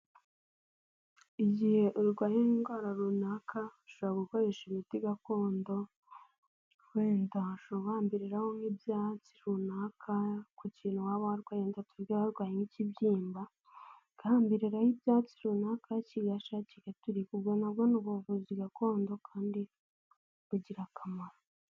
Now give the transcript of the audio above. Igihe urwaye indwara runaka ushobora gukoresha imiti gakondo, wenda ushobora guhambiriraho nk'ibyatsi runaka ku kintu waba warwaye wenda tuvuge warwaye nk'ikibyimba, guhambiriraho ibyatsi runaka kigashya kigaturika. Ubwo nabwo ni ubuvuzi gakondo kandi bugira akamaro.